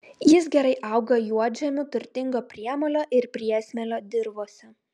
jis gerai auga juodžemiu turtingo priemolio ir priesmėlio dirvose